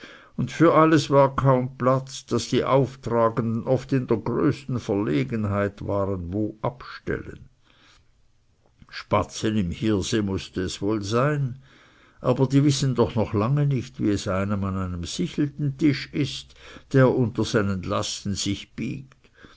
und für alles war kaum platz daß die auftragenden oft in der größten verlegenheit waren wo abstellen spatzen im hirse muß es wohl sein aber die wissen doch noch lange nicht wie es einem an einem sicheltentisch ist der unter seinen lasten sich biegt